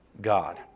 God